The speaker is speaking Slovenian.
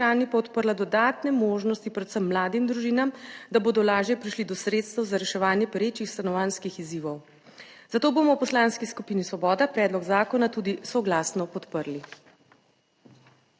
pa odprla dodatne možnosti predvsem mladim družinam, da bodo lažje prišli do sredstev za reševanje perečih stanovanjskih izzivov, zato bomo v Poslanski skupini Svoboda predlog zakona tudi soglasno podprli.